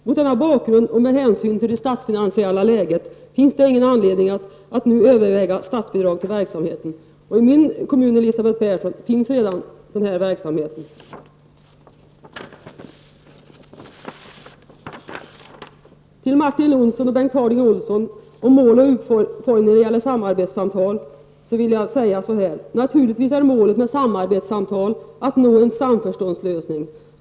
Mot denna bakgrund och med hänsyn till det statsfinansiella läget finns det ingen anledning att nu överväga statsbidrag till verksamheten. I min hemkommun, Elisabeth Persson, finns redan den här verksamheten. Naturligtvis är målet med samarbetssamtal att nå en samförståndslösning.